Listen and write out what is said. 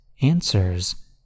answers